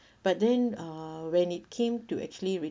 but then uh when it came to actually